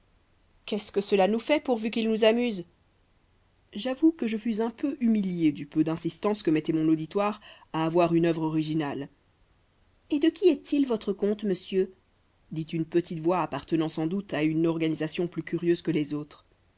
qu'est-ce que cela nous fait pourvu qu'il nous amuse j'avoue que je fus un peu humilié du peu d'insistance que mettait mon auditoire à avoir une œuvre originale et de qui est-il votre conte monsieur dit une petite voix appartenant sans doute à une organisation plus curieuse que les autres